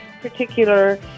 particular